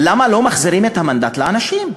למה לא מחזירים את המנדט לאנשים?